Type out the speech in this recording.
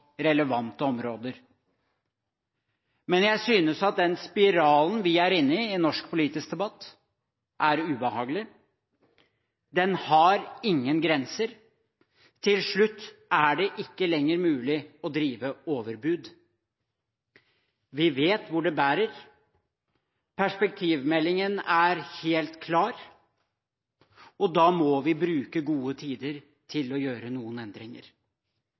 relevante områder. Men jeg synes at den spiralen vi er inne i i norsk politisk debatt, er ubehagelig. Den har ingen grenser. Til slutt er det ikke lenger mulig å drive overbud. Vi vet hvor det bærer. Perspektivmeldingen er helt klar, og da må vi bruke gode tider til å gjøre noen endringer.